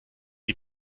die